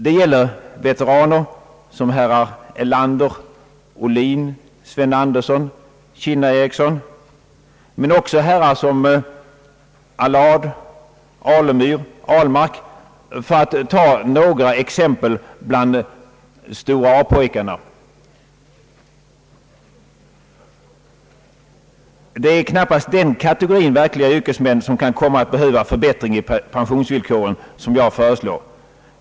Det gäller veteraner som herrar Erlander, Ohlin, Sven Andersson och Kinna-Ericsson men också herrar som Allard, Alemyr och Ahlmark, för att ta några exempel bland A-pojkarna. Det är knappast den kategorin verkliga yrkesmän som kan komma att behöva den förbättring i pensionsvillkoren som jag föreslår.